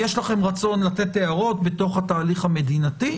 יש לכם רצון לתת הערות בתוך התהליך המדיניתי,